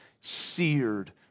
seared